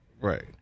Right